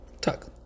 Tuck